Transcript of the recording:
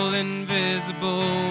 invisible